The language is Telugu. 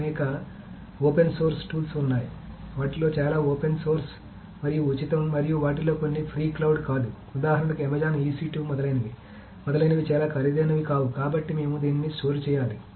అనేక ఓపెన్ సోర్స్ టూల్స్ ఉన్నాయి వాటిలో చాలా ఓపెన్ సోర్స్ మరియు ఉచితం మరియు వాటిలో కొన్ని ఫ్రీ క్లౌడ్ కాదు ఉదాహరణకు Amazon EC2 మొదలైనవి మొదలైనవి చాలా ఖరీదైనవి కావు కాబట్టి మేము దీనిని స్టోర్ చేయాలి